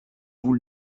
vous